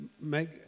make